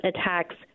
attacks